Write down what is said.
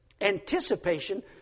anticipation